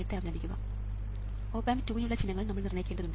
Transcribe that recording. OPA2 നുള്ള ചിഹ്നങ്ങൾ നമ്മൾ നിർണ്ണയിക്കേണ്ടതുണ്ട്